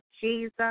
Jesus